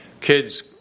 kids